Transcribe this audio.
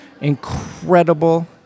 incredible